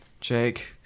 Jake